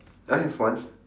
I have one